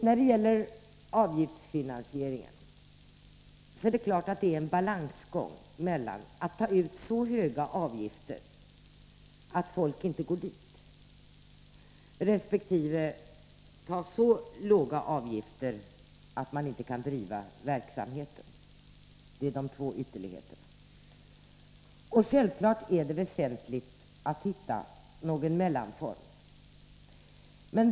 När det gäller avgiftsfinansieringen är det naturligtvis fråga om en balansgång mellan att ta ut så höga avgifter att folk inte kommer och att ta ut så låga avgifter att man inte kan driva verksamheten. Detta är de två ytterligheterna. Självfallet är det väsentligt att hitta någon mellanform.